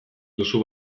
duzu